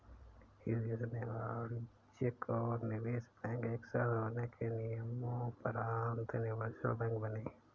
US में वाणिज्यिक और निवेश बैंक एक साथ होने के नियम़ोंपरान्त यूनिवर्सल बैंक बने